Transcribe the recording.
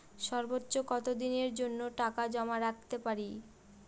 সর্বোচ্চ কত দিনের জন্য টাকা জমা রাখতে পারি?